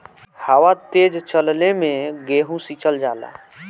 हवा तेज चलले मै गेहू सिचल जाला?